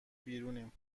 بیرونیم